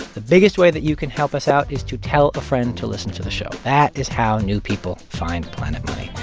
the biggest way that you can help us out is to tell a friend to listen to the show. that is how new people find planet money.